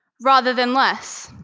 rather than less?